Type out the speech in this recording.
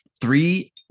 three